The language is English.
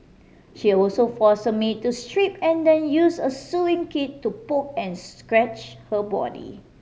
she also force her maid strip and then use a sewing to poke and scratch her body